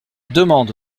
demande